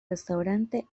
restaurante